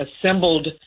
assembled